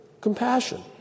compassion